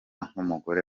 nk’umugore